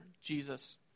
Jesus